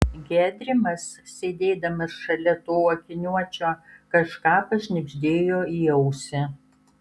gedrimas sėdėdamas šalia to akiniuočio kažką pašnibždėjo į ausį